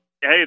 hey